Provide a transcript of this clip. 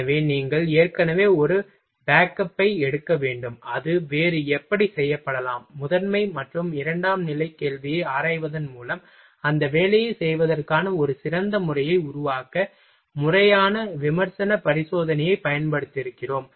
எனவே நீங்கள் ஏற்கனவே ஒரு பேக்கப் ஐ எடுக்க வேண்டும் அது வேறு எப்படி செய்யப்படலாம் முதன்மை மற்றும் இரண்டாம் நிலை கேள்வியை ஆராய்வதன் மூலம் அந்த வேலையைச் செய்வதற்கான ஒரு சிறந்த முறையை உருவாக்க முறையான விமர்சன பரிசோதனையைப் பயன்படுத்துகிறோம்